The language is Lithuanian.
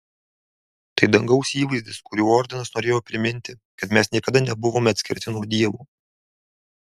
tai dangaus įvaizdis kuriuo ordinas norėjo priminti kad mes niekada nebuvome atskirti nuo dievo